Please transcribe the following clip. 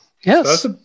Yes